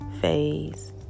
phase